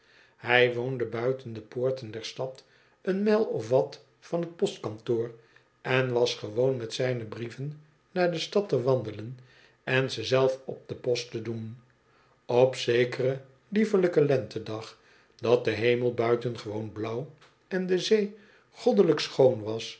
hij woonde buiten de poorten der stad een mijl of wat van t postkantoor en was gewoon met zijne brieven naar de stad te wandelen en ze zelf op de post te doen op zekeren liefelijken lentedag dat de hemel buitengewoon blauw en de zee goddelijk schoon was